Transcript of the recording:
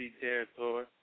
territory